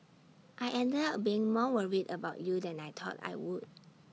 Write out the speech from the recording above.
I ended up being more worried about you than I thought I would